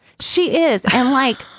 she is. i'm like,